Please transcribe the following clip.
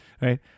right